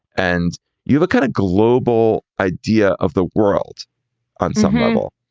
and you look kind of global idea of the world on some level.